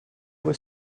were